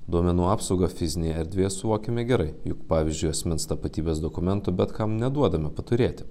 duomenų apsaugą fizinėje erdvė suokiame gerai juk pavyzdžiui asmens tapatybės dokumentų bet kam neduodame paturėti